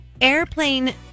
airplane